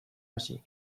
hasi